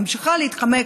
ממשיכה להתחמק,